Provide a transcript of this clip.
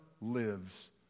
lives